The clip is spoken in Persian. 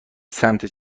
سمت